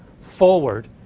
forward